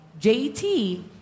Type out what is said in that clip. JT